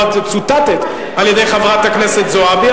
ופה את צוטטת על-ידי חברת הכנסת זועבי,